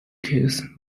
case